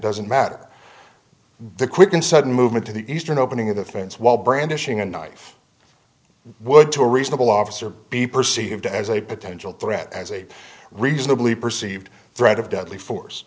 doesn't matter the quick and sudden movement to the eastern opening of the fence while brandishing a knife would to a reasonable officer be perceived as a potential threat as a reasonably perceived threat of deadly force